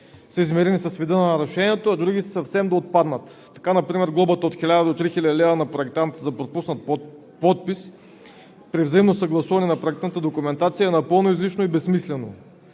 съизмерими с вида на нарушението, а други съвсем да отпаднат. Така например глобата от 1000 до 3000 лв. на проектант за пропуснат подпис при взаимно съгласуване на проектната документация е напълно излишно и безсмислено.